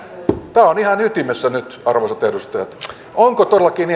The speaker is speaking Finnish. tämä on ihan ytimessä nyt arvoisat edustajat onko todellakin